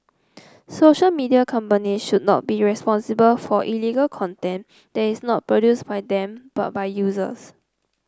social media companies should not be responsible for illegal content that is not produced by them but by users